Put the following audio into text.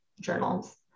journals